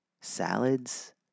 salads